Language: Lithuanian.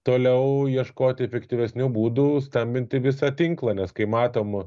toliau ieškoti efektyvesnių būdų stambinti visą tinklą nes kai matom